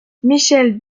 michel